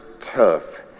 tough